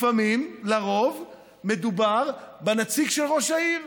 לפעמים, לרוב, מדובר בנציג של ראש העיר,